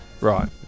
Right